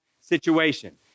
situation